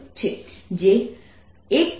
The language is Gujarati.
જે 0